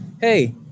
hey